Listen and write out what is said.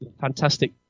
fantastic